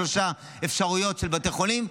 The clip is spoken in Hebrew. שלוש אפשרויות של בתי חולים,